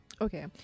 Okay